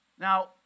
Now